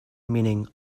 meaning